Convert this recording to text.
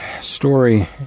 story